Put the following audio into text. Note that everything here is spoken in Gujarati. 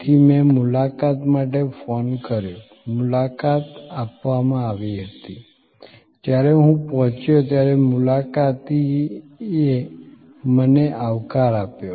તેથી મેં મુલાકાત માટે ફોન કર્યો મુલાકાત આપવામાં આવી હતી જ્યારે હું પહોંચ્યો ત્યારે મુલાકાતીએ મને આવકાર આપ્યો